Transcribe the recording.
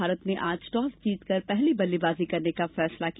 भारत ने आज टॉस जीतकर पहले बल्लेबाजी करने का फैसला किया